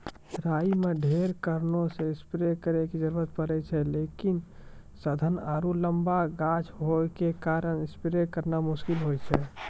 राई मे ढेरी कारणों से स्प्रे करे के जरूरत पड़े छै लेकिन सघन आरु लम्बा गाछ होय के कारण स्प्रे करना मुश्किल होय छै?